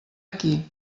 aquí